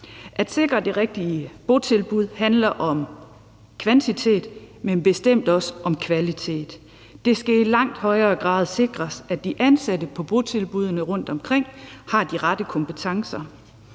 At sikre det rigtige botilbud handler om kvantitet, men bestemt også om kvalitet. Det skal i langt højere grad sikres, at de ansatte på botilbuddene rundtomkring har de rette kompetencer.